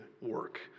work